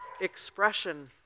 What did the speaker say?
expression